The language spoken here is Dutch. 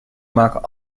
maken